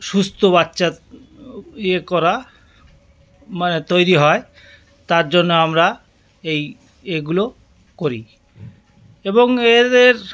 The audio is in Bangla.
সুস্থ বাচ্চার ইয়ে করা মানে তৈরি হয় তার জন্য আমরা এই ইয়েগুলো করি এবং এদের